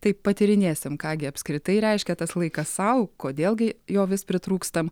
tai patyrinėsim ką gi apskritai reiškia tas laikas sau kodėl gi jo vis pritrūkstam